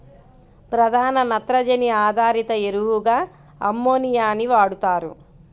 ప్రధాన నత్రజని ఆధారిత ఎరువుగా అమ్మోనియాని వాడుతారు